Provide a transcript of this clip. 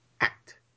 act